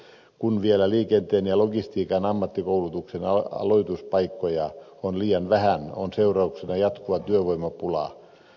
kun vielä liikenteen ja logistiikan ammattikoulutuksen aloituspaikkoja on liian vähän on seurauksena jatkuva työvoimapula